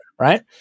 right